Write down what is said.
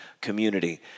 community